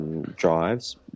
drives